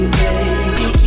baby